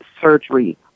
surgery